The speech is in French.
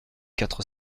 quatre